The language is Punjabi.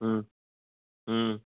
ਹੂੰ ਹੂੰ